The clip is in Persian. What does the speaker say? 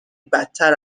بدتر